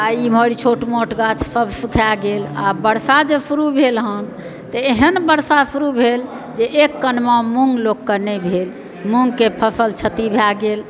आ इम्हर इ छोट मोट गाछसभ सूखा गेल आ वर्षा जे शुरु भेल हन तऽ एहन वर्षा शुरु भेल जे एक कनवा मूँग लोककेँ नहि भेल मूँगके फसल क्षति भए गेल